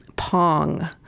Pong